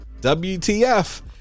WTF